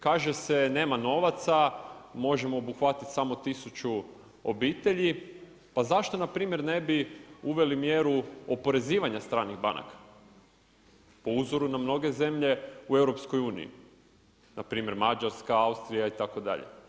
Kaže se nema novaca, možemo obuhvatiti samo 1000 obitelji, pa zašto npr. ne bi uveli mjeru oporezivanja stranih banaka, po uzoru na mnoge zemlje u EU, npr. Mađarska, Austrija, itd.